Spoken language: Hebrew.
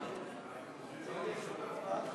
העונשין (תיקון מס' 122 והוראת שעה),